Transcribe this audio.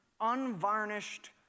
unvarnished